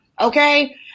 Okay